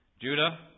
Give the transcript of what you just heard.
Judah